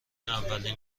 اولین